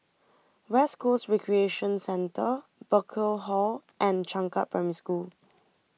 West Coast Recreation Centre Burkill Hall and Changkat Primary School